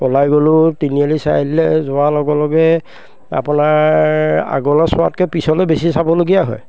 পলাই গ'লোঁ তিনিআলি চাৰিআলিলৈ যোৱাৰ লগে লগে আপোনাৰ আগলৈ চোৱাতকৈ পিছলৈ বেছি চাবলগীয়া হয়